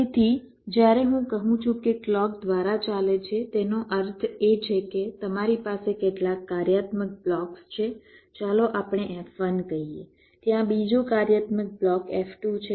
તેથી જ્યારે હું કહું છું કે ક્લૉક દ્વારા ચાલે છે તેનો અર્થ એ છે કે તમારી પાસે કેટલાક કાર્યાત્મક બ્લોક્સ છે ચાલો આપણે F1 કહીએ ત્યાં બીજો કાર્યાત્મક બ્લોક F2 છે